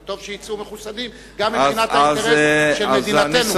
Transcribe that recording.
וטוב שיצאו מחוסנים גם מבחינת האינטרס של מדינתנו.